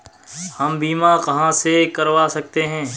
हम बीमा कहां से करवा सकते हैं?